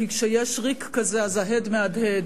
כי כשיש ריק כזה אז ההד מהדהד,